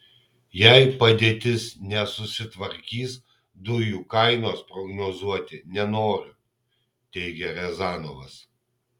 jei padėtis nesusitvarkys dujų kainos prognozuoti nenoriu teigia riazanovas